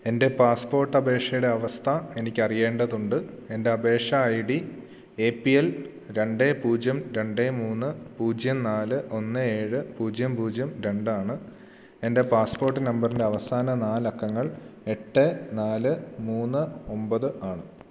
എൻ്റെ പാസ്പോർട്ട് അപേക്ഷയുടെ അവസ്ഥ എനിക്ക് അറിയേണ്ടതുണ്ട് എൻ്റെ അപേക്ഷ I D A P L രണ്ട് പൂജ്യം രണ്ട് മൂന്ന് പൂജ്യം നാല് ഒന്ന് ഏഴ് പൂജ്യം പൂജ്യം രണ്ടാണ് എൻ്റെ പാസ്പോർട്ട് നമ്പറിൻ്റെ അവസാന നാലക്കങ്ങൾ എട്ട് നാല് മൂന്ന് ഒൻപത് ആണ്